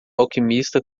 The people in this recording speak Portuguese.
alquimista